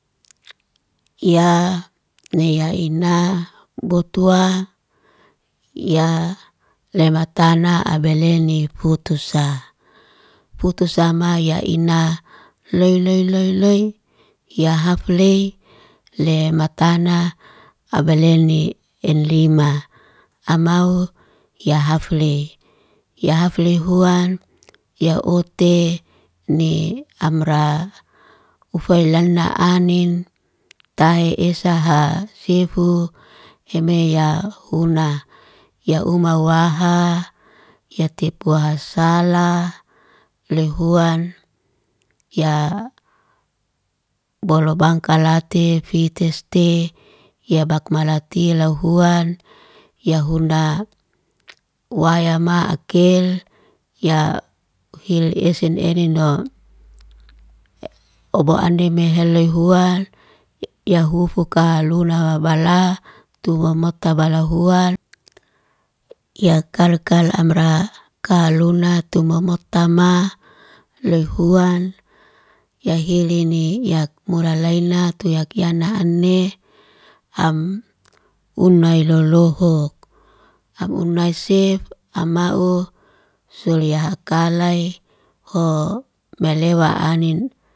Yaa neya ina botua, ya lematana abele ni futusa. Futusa mai ya ina, lei lei lei lei, ya haflei lei matana ableni enlima. Amau ya haflei. Ya haflei huan, ya ote, ni amra. Ufailana anin, kai esa haa sifu emei ya huna. Ya uma waha, ya tepwahasala, lehuan yaa bolo. bangkala te fit'teste yak bakmalati lauhuan, ya huna. Wayama akel, ya uhil esen enen no. obo aneme holoy huan ya hufuka luna wabala, tu wamota bala huan. Ya kal kal amra, ka luna tomomotama lei huan. Ya hili ni yak mulalaina tu yak yana anne, am unai lolohok. Am unai sef, amaun sul ya hakalai hoo melewa anin.